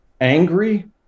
angry